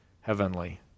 heavenly